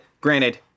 granted